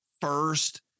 first